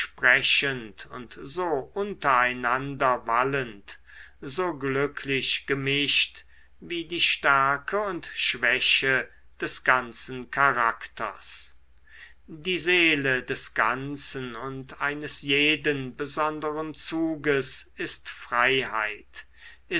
sprechend und so untereinander wallend so glücklich gemischt wie die stärke und schwäche des ganzen charakters die seele des ganzen und eines jeden besonderen zuges ist freiheit